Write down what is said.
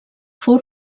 fou